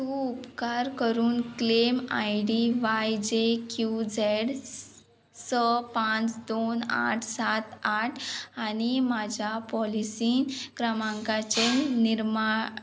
तूं उपकार करून claim I D Y J Q Z S पांच दोन आठ सात आठ आनी म्हाज्या पॉलिसीन क्रमांकाचे निर्माण